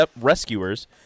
rescuers